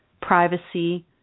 privacy